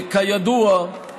כידוע,